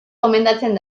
gomendatzen